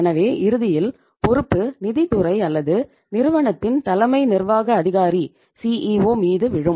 எனவே இறுதியில் பொறுப்பு நிதித் துறை அல்லது நிறுவனத்தின் தலைமை நிர்வாக அதிகாரி மீது விழும்